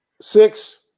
six